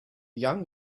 young